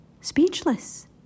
speechless